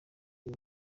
uyu